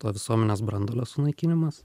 to visuomenės branduolio sunaikinimas